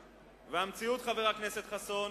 המציאות, חבר הכנסת חסון,